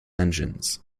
engines